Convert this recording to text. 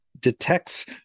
Detects